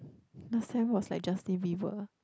last time was like Justin-Bieber